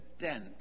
dent